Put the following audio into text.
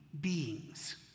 beings